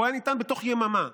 הוא היה ניתן בתוך יממה.